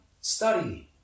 study